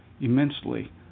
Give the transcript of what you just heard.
immensely